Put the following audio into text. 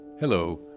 Hello